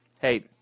hey